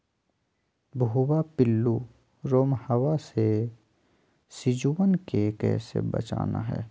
भुवा पिल्लु, रोमहवा से सिजुवन के कैसे बचाना है?